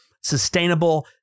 sustainable